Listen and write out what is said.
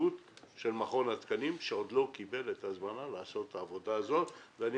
בהתערבות של מכון התקנים שעוד לא קיבל את ההזמנה לעשות עבודה זו ואני